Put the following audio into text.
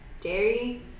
Jerry